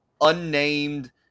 unnamed